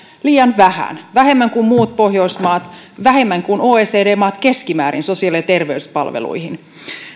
liian vähän vähemmän kuin muut pohjoismaat vähemmän kuin oecd maat keskimäärin sosiaali ja terveyspalveluihin